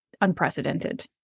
unprecedented